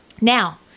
Now